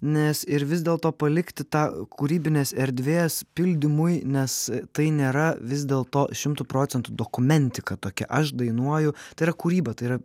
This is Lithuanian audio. nes ir vis dėlto palikti tą kūrybinės erdvės pildymui nes tai nėra vis dėlto šimtu procentų dokumentika tokia aš dainuoju tai yra kūryba tai yra